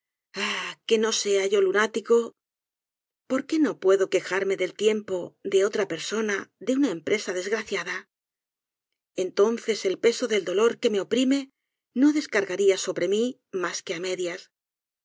que nosea yolunático por qué no puedo quejarme del tiempo de otra persona dé una empresa desgraciada entonces el peso del dolor que me oprime no descargaría sobre mí mas que á medias